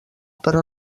però